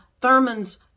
Thurman's